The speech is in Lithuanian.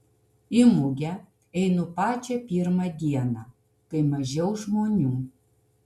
į mugę einu pačią pirmą dieną kai mažiau žmonių